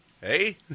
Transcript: Hey